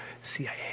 CIA